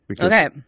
Okay